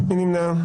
מי נמנע?